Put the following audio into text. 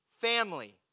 family